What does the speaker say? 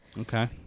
Okay